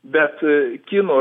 bet kinų